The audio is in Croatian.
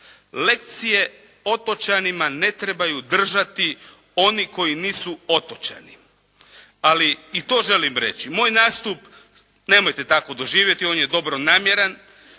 lekcije otočanima ne trebaju držati oni koji nisu otočani. Ali i to želim reći, moj nastup nemojte tako doživjeti on je dobronamjeran